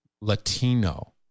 Latino